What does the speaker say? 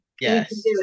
Yes